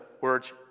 words